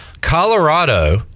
colorado